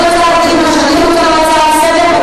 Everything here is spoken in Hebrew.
אני רוצה להגיד מה שאני רוצה בהצעה לסדר-היום,